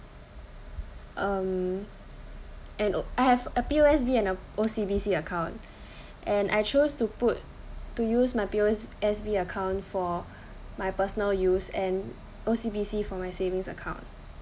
uh and I have a P_O_S_B and O_C_B_C account and I chose to put to use my P_O_S_B account for my personal use and O_C_B_C for my savings account